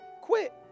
Quit